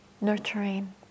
nurturing